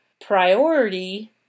priority